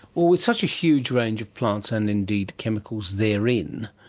with such a huge range of plants and indeed chemicals therein,